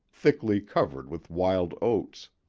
thickly covered with wild oats.